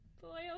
Boy